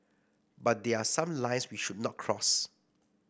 but there are some lines we should not cross